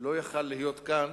לא יכול היה להיות כאן,